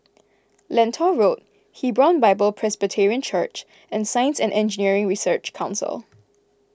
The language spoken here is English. Lentor Road Hebron Bible Presbyterian Church and Science and Engineering Research Council